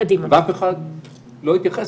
ואף אחד לא התייחס.